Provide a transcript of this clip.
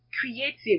creative